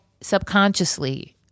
subconsciously